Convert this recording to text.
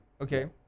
Okay